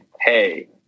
Hey